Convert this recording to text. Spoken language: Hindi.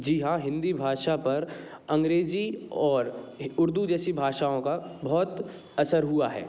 जी हाँ हिंदी भाषा पर अंग्रेजी और उर्दू जैसी भाषाओं का बहुत असर हुआ है